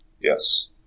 Yes